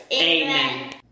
Amen